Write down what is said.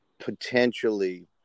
potentially